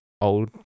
old